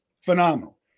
phenomenal